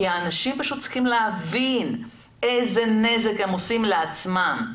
כי אנשים פשוט צריכים להבין איזה נזק הם עושים לעצמם.